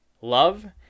love